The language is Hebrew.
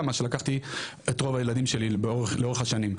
מה שלקחתי את רוב הילדים שלי לאורך השנים,